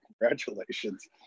congratulations